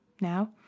now